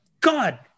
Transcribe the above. God